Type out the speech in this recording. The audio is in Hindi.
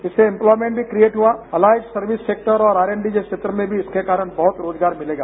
इससे इम्लॉयमेंट भी क्रिएट हुआ एलाइट सर्विस सेक्टर्स और आरएनडी के क्षेत्र में भी इसके कारण बहत रोजगार मिलेगा